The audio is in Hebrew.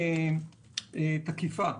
מספיק תקיפה.